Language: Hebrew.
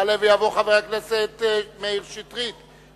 יעלה ויבוא חבר הכנסת מאיר שטרית,